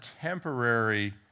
temporary